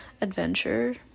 adventure